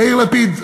יאיר לפיד,